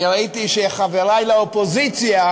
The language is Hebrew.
אני ראיתי שחברי לאופוזיציה